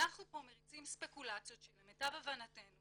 ואנחנו פה מריצים ספקולציות שלמיטב הבנתנו